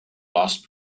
last